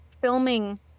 filming